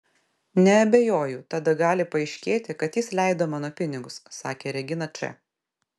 neabejoju tada gali paaiškėti kad jis leido mano pinigus sakė regina č